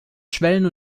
schwellen